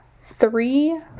three